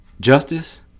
justice